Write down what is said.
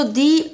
di